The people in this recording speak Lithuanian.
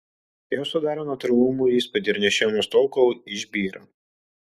jos sudaro natūralumo įspūdį ir nešiojamos tol kol išbyra